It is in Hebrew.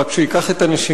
רק שהשר ייקח את הנשימה.